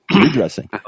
redressing